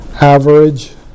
average